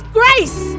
grace